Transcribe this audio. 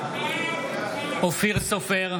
בעד אורית מלכה